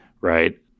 right